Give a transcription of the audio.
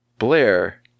Blair